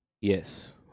yes